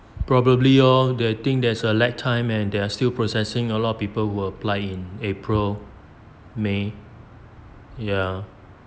probably orh the thing there's a lag time and they are still processing a lot of people were applying in april may ya